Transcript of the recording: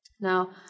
Now